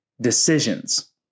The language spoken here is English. decisions